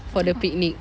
for the picnic